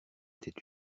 était